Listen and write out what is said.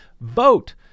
vote